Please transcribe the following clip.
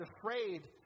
afraid